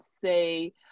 say